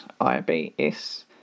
IBS